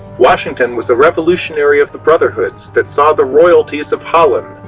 washington was a revolutionary of the brotherhoods that saw the royalties of holland,